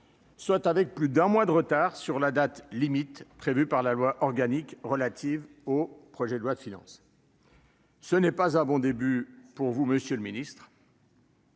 Soit avec plus d'un mois de retard sur la date limite prévue par la loi organique relative au projet de loi de finances. Ce n'est pas un bon début pour vous, Monsieur le Ministre.